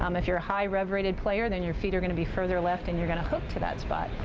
um if you're high reverrated player, then your feet are going to be further left, and you're going to hook to that spot.